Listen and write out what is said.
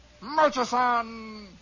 Murchison